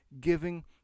giving